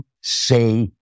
say